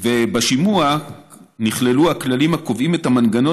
ובשימוע נכללו הכללים הקובעים את המנגנון